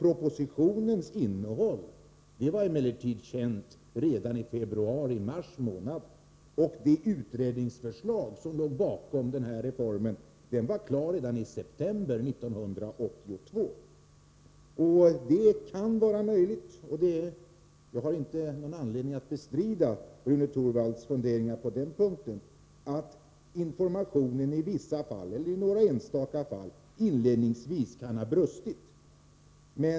Propositionens innehåll var emellertid känt redan i februari eller mars månad, och det utredningsförslag som låg bakom reformen var klart redan i september 1982. Det är möjligt — jag har inte någon anledning att bestrida Rune Torwalds funderingar på den punkten — att informationen i några enstaka fall inledningsvis kan ha brustit.